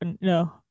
No